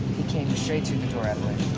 he came straight through the door, evelyn.